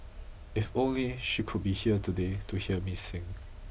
if only she could be here today to hear me sing